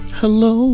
hello